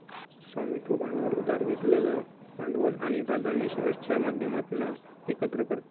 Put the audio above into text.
स्वामित्व भांडवल उधार घेतलेलं भांडवल आणि प्राधान्य शेअर्सच्या माध्यमातना एकत्र करतत